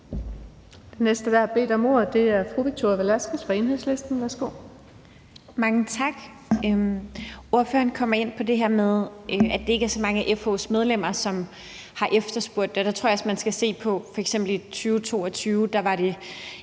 Den næste, der har bedt om ordet, er fru Victoria Velasquez fra Enhedslisten. Værsgo. Kl. 13:37 Victoria Velasquez (EL): Mange tak. Ordføreren kommer ind på det her med, at det ikke er så mange af FH's medlemmer, som har efterspurgt det. Der tror jeg også, man skal se på, at det f.eks. i 2022 var